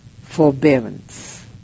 forbearance